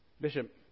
Bishop